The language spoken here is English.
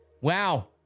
Wow